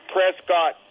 Prescott